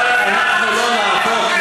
אבל אנחנו לא נהפוך,